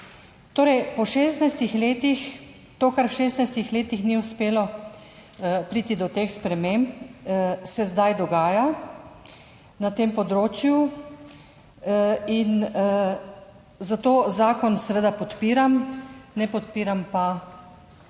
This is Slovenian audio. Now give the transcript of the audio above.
letih to, kar v 16. letih ni uspelo priti do teh sprememb se zdaj dogaja na tem področju. In zato zakon seveda podpiram, ne podpiram pa